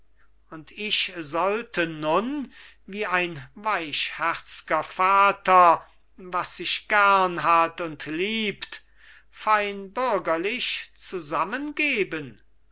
und ich sollte nun wie ein weichherzger vater was sich gern hat und liebt fein bürgerlich